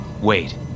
wait